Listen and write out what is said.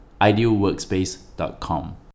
idealworkspace.com